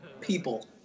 people